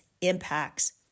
impacts